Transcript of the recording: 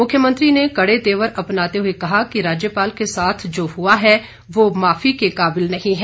मुख्यमंत्री ने कड़े तेवर अपनाते हुए कहा कि राज्यपाल के साथ जो हुआ है वह माफी के काबिल नहीं है